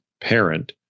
parent